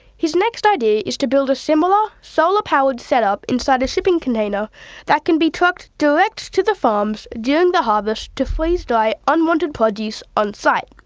his next idea is to build a similar, solar-powered set-up inside a shipping container that can be trucked direct to the farms during the harvest to freeze-dry unwanted produce on-site.